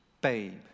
Babe